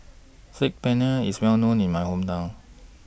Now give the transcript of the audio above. Saag Paneer IS Well known in My Hometown